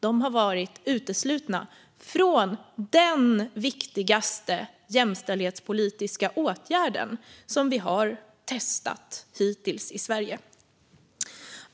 De har varit uteslutna från den viktigaste jämställdhetspolitiska åtgärd som vi har testat hittills i Sverige.